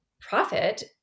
profit